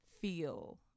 feel